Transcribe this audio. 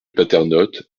paternotte